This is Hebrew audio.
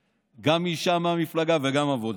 לפי הסיפור שלו קיבל גם אישה מהמפלגה וגם עבודה.